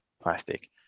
plastic